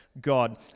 God